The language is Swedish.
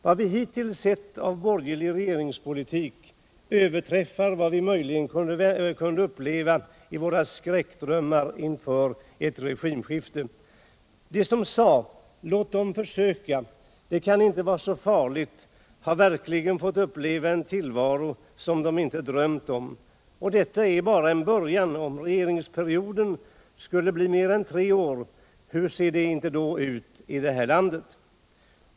Vad vi hittills sett av borgerlig regeringspolitik överträffar vad vi möjligen kunde uppleva i våra skräckdrömmar inför ett regimskifte. Somliga sade: Låt dem försöka. Det kan inte vara så farligt. — De har verkligen fått uppleva en tillvaro som de inte drömt om. Och detta är bara en början. Om regeringsperioden skulle vara mer än tre år, hur skulle det inte då se ut i det här landet!